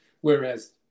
whereas